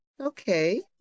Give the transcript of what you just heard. Okay